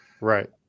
right